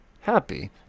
happy